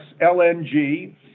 LNG